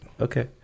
Okay